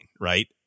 right